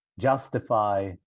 justify